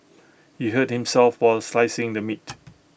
he hurt himself while slicing the meat